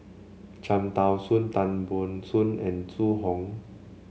Cham Tao Soon Tan Ban Soon and Zhu Hong